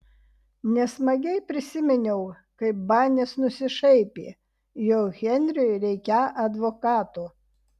nesmagiai prisiminiau kaip banis nusišaipė jog henriui reikią advokato